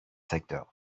secteurs